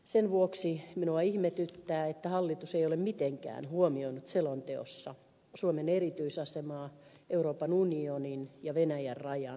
sen vuoksi minua ihmetyttää että hallitus ei ole mitenkään huomioinut selonteossa suomen erityisasemaa euroopan unionin ja venäjän rajan rajanaapurina